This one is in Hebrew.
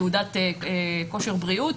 תעודת כושר בריאות,